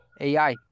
AI